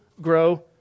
grow